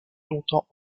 longtemps